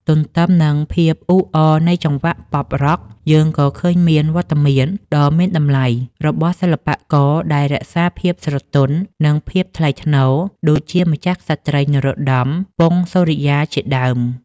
ទន្ទឹមនឹងភាពអ៊ូអរនៃចង្វាក់ ប៉ុប-រ៉ក់ (Pop-Rock) យើងក៏ឃើញមានវត្តមានដ៏មានតម្លៃរបស់សិល្បករដែលរក្សាភាពស្រទន់ និងភាពថ្លៃថ្នូរ ដូចជាម្ចាស់ក្សត្រី នរោត្តម ពង្សសូរិយា ជាដើម។